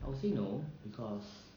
I would say no because